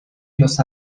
los